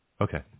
Okay